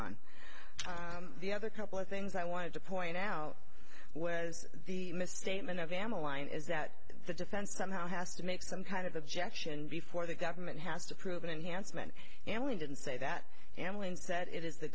on the other couple of things i wanted to point out was the misstatement of am a line is that the defense somehow has to make some kind of objection before the government has to prove an enhancement and we didn't say that and when said it is the